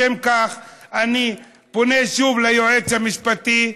לשם כך אני פונה שוב ליועץ המשפטי,